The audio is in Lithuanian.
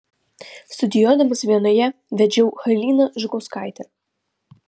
studijuodamas vienoje vedžiau haliną žukauskaitę